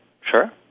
sure